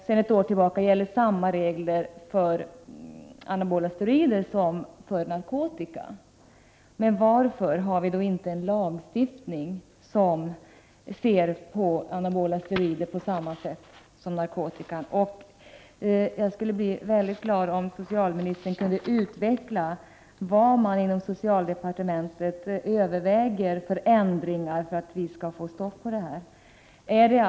Sedan ett år tillbaka gäller samma regler för denna hantering av anabola steroider och tillväxthormon som för narkotika.” Varför har vi då inte en lagstiftning med samma regler för anabola steroider som för narkotika? Jag skulle bli mycket glad om socialministern utvecklade vilka ändringar man överväger inom socialdepartementet för att kunna få stopp på den här hanteringen.